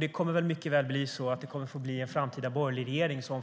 Det kan mycket väl bli en framtida borgerlig regering som